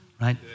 right